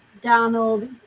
Donald